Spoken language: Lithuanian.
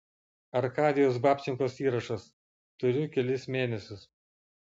arkadijaus babčenkos įrašas turiu kelis mėnesius